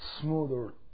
smoother